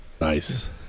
Nice